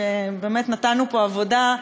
שבאמת נתנו פה עבודה.